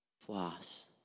Floss